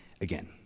again